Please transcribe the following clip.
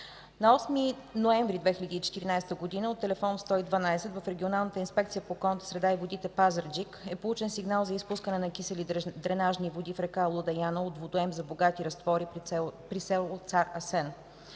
На 8 ноември 2014 г., от Телефон 112, в Регионалната инспекция по околната среда и водите – Пазарджик, е получен сигнал за изпускане на кисели дренажни води в река Луда Яна от водоем за „богати разтвори” при село Цар Асен.